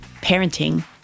parenting